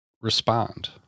respond